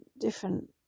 different